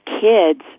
kids